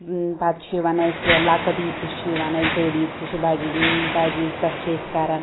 پَتہٕ چھِ یِوان اسہِ لۄکٕٹ عیٖد تہِ چھِ یوان اسہِ بٔڑ عیٖد تہِ چھِ بَجہِ عیٖذ پٮ۪ٹھ چھ أسۍ کران